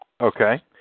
Okay